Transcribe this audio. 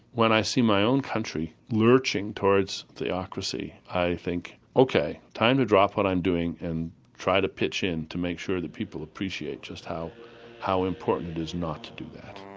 when i see my own country lurching towards theocracy i think ok, time to drop what i'm doing and try to pitch in to make sure that people appreciate just how how important it is not to do that.